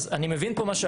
אני מבין מה פה,